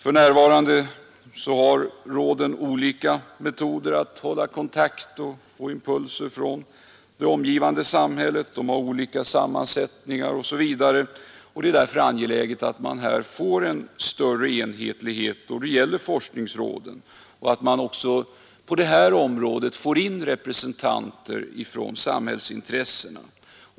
För närvarande har råden olika metoder att hålla kontakt med och få impulser från det omgivande samhället — de har olika sammansättning osv. — och det är därför angeläget att man här får en större enhetlighet då det gäller forskningsråden och att man också på detta område får in representanter för samhällsintressena.